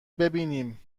ببینم